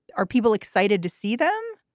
are people excited to see them?